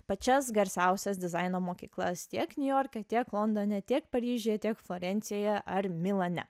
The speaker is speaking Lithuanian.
pačias garsiausias dizaino mokyklas tiek niujorke tiek londone tiek paryžiuje tiek florencijoje ar milane